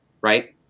right